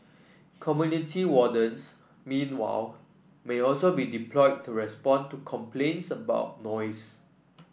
community wardens meanwhile may also be deployed to respond to complaints about noise